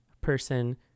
person